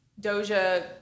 Doja